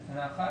בתקנה 1